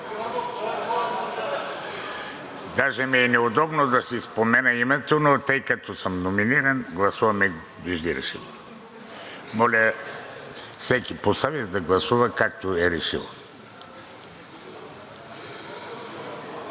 Даже ми е неудобно да си спомена името, но тъй като съм номиниран, гласуваме Вежди Рашидов. Моля всеки по съвест да гласува, както е решил.